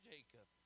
Jacob